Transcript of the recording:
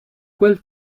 quel